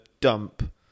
dump